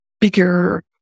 bigger